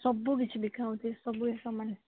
ସବୁକିଛି ବିକା ହେଉଛି ସବୁ ସାମାନ୍